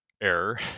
error